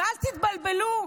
ואל תתבלבלו,